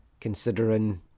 Considering